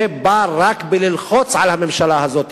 היא רק לחץ על הממשלה הזאת.